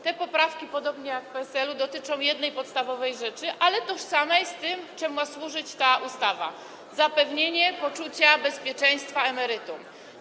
Te poprawki, podobnie jak poprawki PSL, dotyczą jednej podstawowej rzeczy, ale tożsamej z tym, czemu ma służyć ta ustawa - zapewnienia poczucia bezpieczeństwa emerytom.